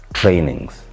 trainings